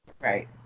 Right